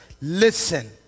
listen